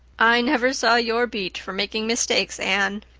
i never saw your beat for making mistakes, anne.